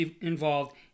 involved